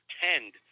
pretend